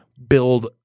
build